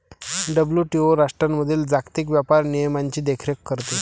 WTO राष्ट्रांमधील जागतिक व्यापार नियमांची देखरेख करते